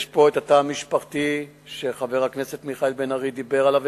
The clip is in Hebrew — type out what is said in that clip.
יש פה התא המשפחתי שחבר הכנסת בן-ארי דיבר עליו,